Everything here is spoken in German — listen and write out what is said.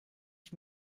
ich